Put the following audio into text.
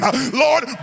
Lord